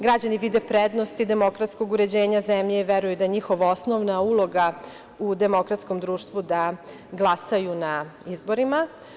Građani vide prednost i demokratskog uređenja zemlje i veruju da je njihova osnovna uloga u demokratskom društvu da glasaju na izborima.